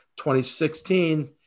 2016